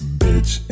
bitch